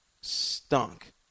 stunk